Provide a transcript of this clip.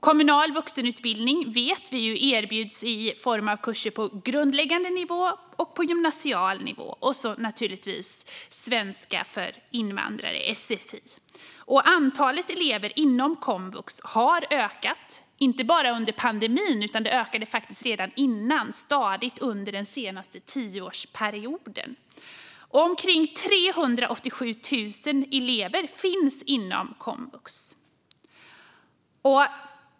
Kommunal vuxenutbildning erbjuds som vi vet i form av kurser på grundläggande och gymnasial nivå och så naturligtvis i form av svenska för invandrare, sfi. Antalet elever inom komvux har ökat, inte bara under pandemin. Det har faktiskt ökat stadigt under den senaste tioårsperioden. Omkring 387 000 elever finns inom komvux.